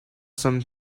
some